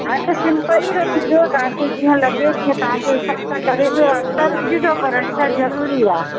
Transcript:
हा त सिंपल ई रखिजो तव्हांखे जीअं लॻे तीअं तव्हां जे हिसाबु सां करे ॾियो अस्तर विझजो पर अस्तर ज़रूरी आहे